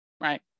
Right